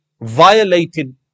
violated